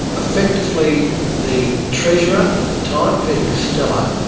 effectively the treasurer at the time, peter costello,